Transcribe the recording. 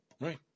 right